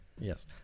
Yes